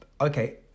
okay